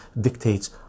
dictates